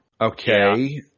Okay